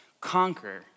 conquer